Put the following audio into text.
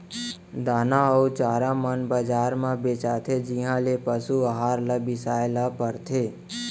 दाना अउ चारा मन बजार म बेचाथें जिहॉं ले पसु अहार ल बिसाए ल परथे